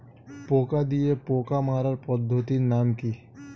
পোকা দিয়ে পোকা মারার পদ্ধতির নাম কি?